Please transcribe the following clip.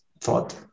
thought